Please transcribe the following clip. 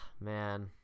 man